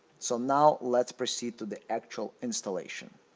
so now, let's proceed to the actual installation.